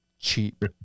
Cheap